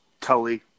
Tully